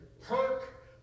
perk